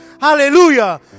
Hallelujah